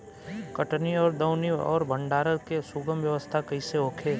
कटनी और दौनी और भंडारण के सुगम व्यवस्था कईसे होखे?